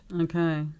Okay